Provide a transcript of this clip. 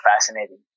fascinating